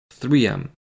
3M